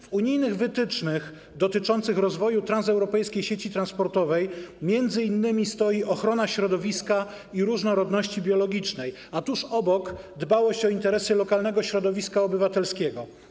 W unijnych wytycznych dotyczących rozwoju transeuropejskiej sieci transportowej m.in. jest ochrona środowiska i różnorodności biologicznej, a tuż obok - dbałość o interesy lokalnego środowiska obywatelskiego.